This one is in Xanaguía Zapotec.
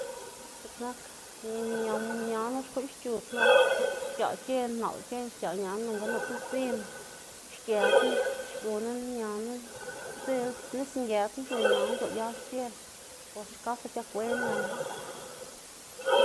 Dziꞌk nak ñi-ña- ñanu xkuꞌn xc̲h̲ug nap xc̲h̲aꞌ c̲h̲en, naꞌl c̲h̲en xc̲h̲aꞌ ñaná nonga nup ldzin xgëbná xguná ñaná, nix nge knu xiu ñaná c̲h̲uꞌlyas c̲h̲en, bos xkasa c̲h̲akwen ñaná.